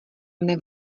mne